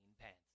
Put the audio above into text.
Pants